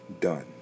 done